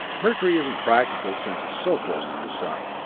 mercury isn't practical since it's so close to the sun.